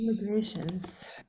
Immigrations